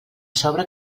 sobre